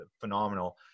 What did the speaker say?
phenomenal